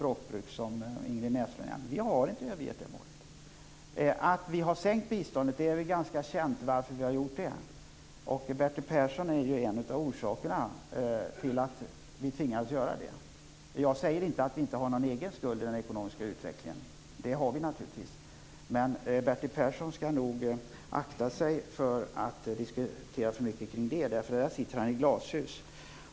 Vi har inte övergett det målet. Anledningen till att vi har sänkt biståndet är väl ganska känd. Bertil Persson är ju en av orsakerna till att vi tvingades göra det. Jag säger inte att vi inte har någon egen skuld till den ekonomiska utvecklingen. Det har vi naturligtvis. Men Bertil Persson skall nog akta sig för att diskutera för mycket kring detta, eftersom han i fråga om detta sitter i glashus.